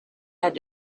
had